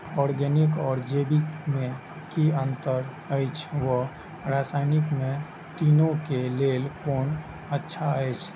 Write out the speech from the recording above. Organic आर जैविक में कि अंतर अछि व रसायनिक में तीनो क लेल कोन अच्छा अछि?